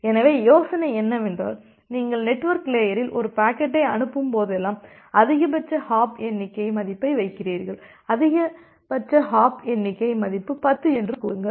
எனவே யோசனை என்னவென்றால் நீங்கள் நெட்வொர்க் லேயரில் ஒரு பாக்கெட்டை அனுப்பும்போதெல்லாம் அதிகபட்ச ஹாப் எண்ணிக்கை மதிப்பை வைக்கிறீர்கள் அதிகபட்ச ஹாப் எண்ணிக்கை மதிப்பு 10 என்று கூறுங்கள்